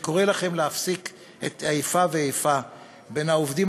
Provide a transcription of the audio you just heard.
אני קורא לכם להפסיק את האיפה ואיפה בין העובדים